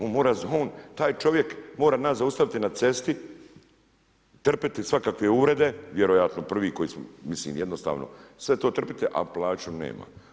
On mora, on taj čovjek mora nas zaustaviti na cesti, trpiti svakakve uvrede, vjerojatno prvi, koji smo, mislim jednostavno tve to trpiti a plaću nema.